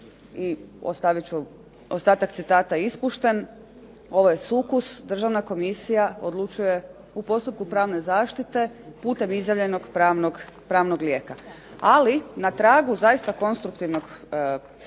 i ostavit ću ostatak citata ispušten. Ovo je sukus državna komisija odlučuje u postupku pravne zaštite putem izjavljenog pravnog lijeka. Ali na tragu zaista konstruktivnog prijedloga